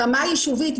ברמה יישובית,